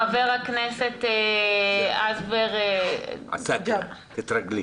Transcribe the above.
חבר הכנסת ג'אבר עסאקלה,